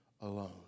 alone